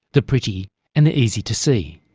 the pretty and the easy to see.